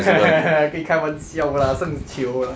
跟你开玩笑 lah seng chio lah